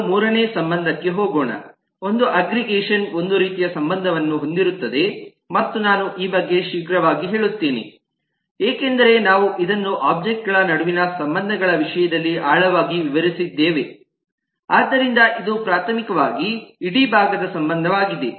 ನಾವು 3 ನೇ ಸಂಬಂಧಕ್ಕೆ ಹೋಗೋಣ ಅದು ಅಗ್ರಿಗೇಷನ್ ಒಂದು ರೀತಿಯ ಸಂಬಂಧವನ್ನು ಹೊಂದಿರುತ್ತದೆ ಮತ್ತು ನಾನು ಈ ಬಗ್ಗೆ ಶೀಘ್ರವಾಗಿ ಹೇಳುತ್ತೇನೆ ಏಕೆಂದರೆ ನಾವು ಇದನ್ನು ಒಬ್ಜೆಕ್ಟ್ ಗಳ ನಡುವಿನ ಸಂಬಂಧಗಳ ವಿಷಯದಲ್ಲಿ ಆಳವಾಗಿ ವಿವರಿಸಿದ್ದೇವೆ ಆದ್ದರಿಂದ ಇದು ಪ್ರಾಥಮಿಕವಾಗಿ ಇಡೀ ಭಾಗದ ಸಂಬಂಧವಾಗಿದೆ